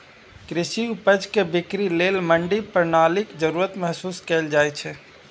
कृषि उपज के बिक्री लेल मंडी प्रणालीक जरूरत महसूस कैल जाइ छै